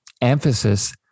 emphasis